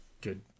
good